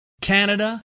Canada